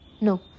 No